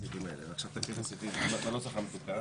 עכשיו תקריא את הסעיפים בנוסח המתוקן.